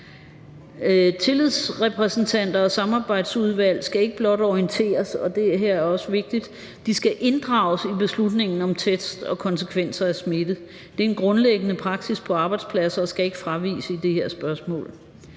Tillidsrepræsentanter og samarbejdsudvalg skal ikke blot orienteres – og det her er også vigtigt – de skal inddrages i beslutningen om test og konsekvenserne af smitte. Det er en grundlæggende praksis på arbejdspladser og skal ikke fraviges i det her spørgsmål.